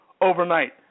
overnight